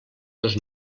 dos